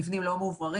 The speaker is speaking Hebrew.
מבנים לא מאווררים.